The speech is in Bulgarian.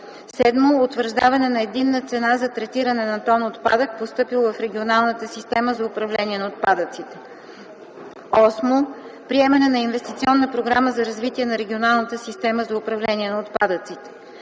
7. утвърждаване на единна цена за третиране на тон отпадък, постъпил в регионалната система за управление на отпадъците; 8. приемане на инвестиционна програма за развитието на регионалната система за управление на отпадъците;